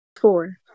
Four